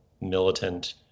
militant